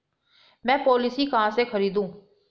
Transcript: मैं पॉलिसी कहाँ से खरीदूं?